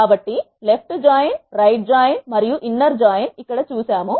కాబట్టి left join right join మరియు inner join చూసాము